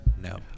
No